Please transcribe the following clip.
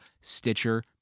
stitcher